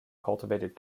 cultivated